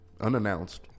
unannounced